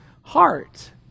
heart